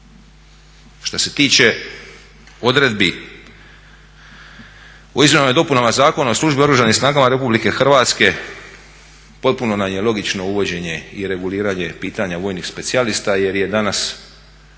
Što se tiče odredbi o Izmjenama i dopunama Zakona o službi u Oružanim snagama Republike Hrvatske potpuno nam je logično uvođenje i reguliranje pitanja vojnih specijalista jer je danas